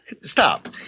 Stop